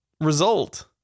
result